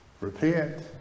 repent